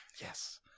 Yes